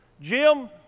Jim